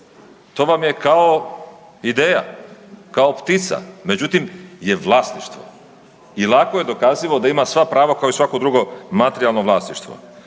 To vam je kao ideja. Kao ptica, međutim, je vlasništvo. I lako je dokazivo da ima sva prava kao i svako drugo materijalno vlasništvo.